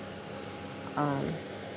um